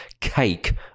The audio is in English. cake